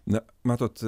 na matot